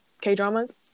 K-dramas